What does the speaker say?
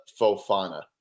Fofana